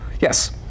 Yes